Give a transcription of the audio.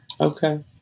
Okay